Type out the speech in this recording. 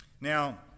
Now